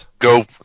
go